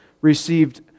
received